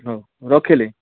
ହଉ ରଖିଲି